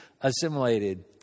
assimilated